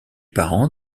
parents